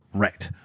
right.